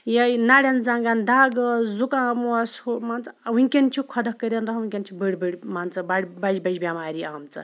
یا یہِ نَریٚن زَنٛگَن دَگ ٲس زُکام اوس ہُہ مان ژٕ وُنٛکیٚن چھُ خۄداہ کٔرِن رَحَم ونکیٚن چھِ بٔڑ بٔڑ مان ژٕ بَجہِ بَجہِ بیٚمارِ آمژٕ